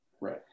Right